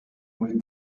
with